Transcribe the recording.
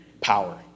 power